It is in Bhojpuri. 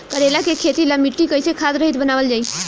करेला के खेती ला मिट्टी कइसे खाद्य रहित बनावल जाई?